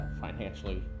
financially